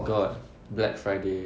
got black friday